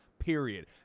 Period